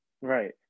Right